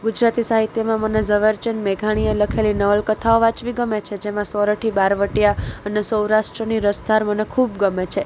ગુજરાતી સાહિત્યમાં મને ઝવેરચંદ મેઘાણીએ લખેલી નવલકથાઓ વાંચવી ગમે છે જેમાં સોરઠી બહારવટિયા અને સૌરાષ્ટ્રની રસધાર મને ખૂબ ગમે છે